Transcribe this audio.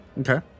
Okay